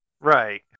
Right